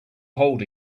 hold